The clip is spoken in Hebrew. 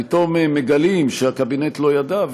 פתאום מגלים שהקבינט לא ידע,